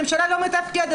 אז הממשלה לא מתפקדת,